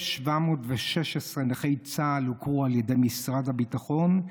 1,716 נכי צה"ל הוכרו על ידי משרד הביטחון,